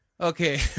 Okay